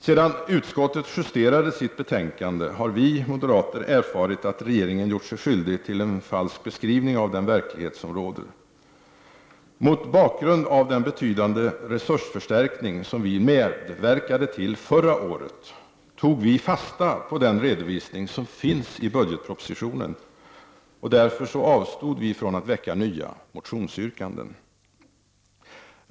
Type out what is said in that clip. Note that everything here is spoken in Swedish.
Sedan utskottet justerade sitt betänkande, har vi moderater erfarit att regeringen gjort sig skyldig till en falsk beskrivning av den verklighet som råder. Mot bakgrund av den betydande resursförstärkning som vi medverkade till förra året, tog vi fasta på den redovisning som finns i budgetpropositionen, och avstod från att väcka nya motionsyrkanden.